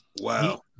wow